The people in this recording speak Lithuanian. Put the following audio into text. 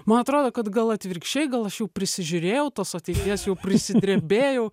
man atrodo kad gal atvirkščiai gal aš jau prisižiūrėjau tos ateities jau prisidrebėjau